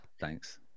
thanks